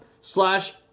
Slash